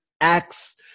acts